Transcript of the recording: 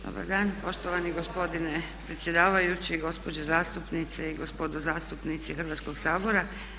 Dobar dan poštovani gospodine predsjedavajući, gospođe zastupnice i gospodo zastupnici Hrvatskog sabora.